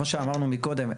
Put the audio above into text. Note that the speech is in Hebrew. כמו שאמרנו קודם,